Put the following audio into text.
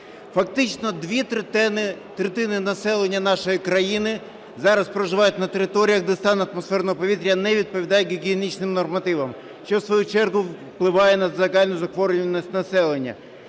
Фактично дві третини населення нашої країни зараз проживають на територіях, де стан атмосферного повітря не відповідає гігієнічним нормативам, що в свою чергу впливає на загальну захворюваність населення.